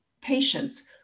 patients